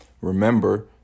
Remember